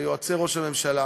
ליועצי ראש הממשלה,